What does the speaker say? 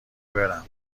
برم